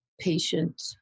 patient